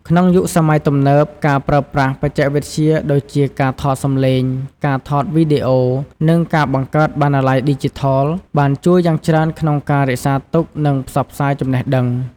ក្នុងយុគសម័យទំនើប ការប្រើប្រាស់បច្ចេកវិទ្យាដូចជាការថតសំឡេង ការថតវីដេអូ និងការបង្កើតបណ្ណាល័យឌីជីថល បានជួយយ៉ាងច្រើនក្នុងការរក្សាទុក និងផ្សព្វផ្សាយចំណេះដឹង។